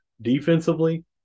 defensively